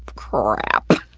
crap.